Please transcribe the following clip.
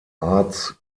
arts